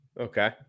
Okay